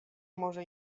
może